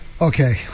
Okay